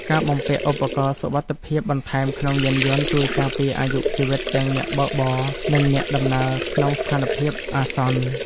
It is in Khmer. ការបំពាក់ឧបករណ៍សុវត្ថិភាពបន្ថែមក្នុងយានយន្តជួយការពារអាយុជីវិតទាំងអ្នកបើកបរ និងអ្នកដំណើរក្នុងស្ថានភាពអាសន្ន។